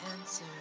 answer